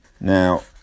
Now